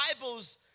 Bible's